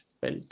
felt